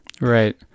right